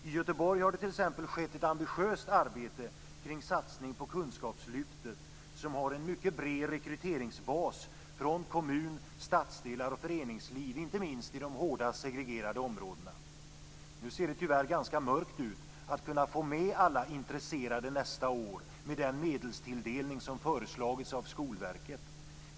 I Göteborg har det t.ex. bedrivits ett ambitiöst arbete kring satsningen på kunskapslyftet, som har en mycket bred rekryteringsbas i kommun, stadsdelar och föreningsliv, inte minst i de hårdast segregerade områdena. Nu ser det tyvärr ganska mörkt ut när det gäller att kunna få med alla intresserade nästa år, med den medelstilldelning som föreslagits av Skolverket.